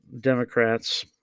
Democrats